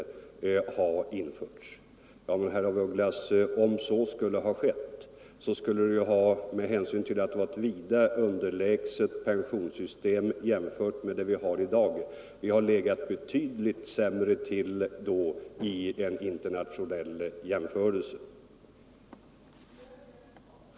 Men, herr af Ugglas, om så skulle ha skett så skulle vi, med hänsyn till att det var ett vida underlägset pensionssystem jämfört med det vi har i dag, ha legat betydligt sämre till vid en internationell jämförelse.